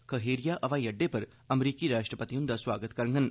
खहेरिया हवाई अड्डे पर अमरीकी राश्ट्रपति हुंदा सुआगत करगंन